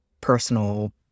personal